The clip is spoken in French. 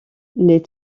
les